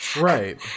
Right